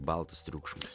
baltas triukšmas